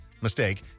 mistake